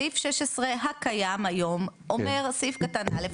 סעיף 16 הקיים היום אומר סעיף קטן א',